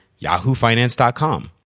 yahoofinance.com